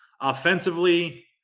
offensively